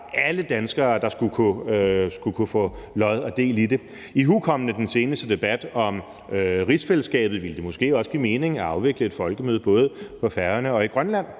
alle danskere, der skulle kunne få lod og del i det. Ihukommende den seneste debat om rigsfællesskabet ville det måske også give mening at afvikle et folkemøde både på Færøerne og i Grønland,